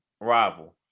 rival